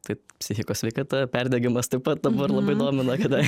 tai psichikos sveikata perdegimas taip pat dabar labai domina kada